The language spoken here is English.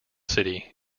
city